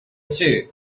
too